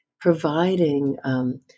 providing